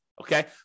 Okay